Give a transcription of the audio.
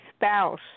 spouse